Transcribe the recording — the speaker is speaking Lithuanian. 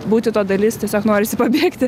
būti to dalis tiesiog norisi pabėgti